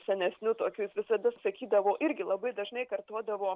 senesniu tokiu jis visada sakydavo irgi labai dažnai kartodavo